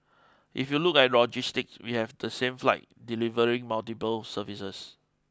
if you look at logistics we have the same fleet delivering multiple services